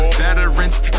veterans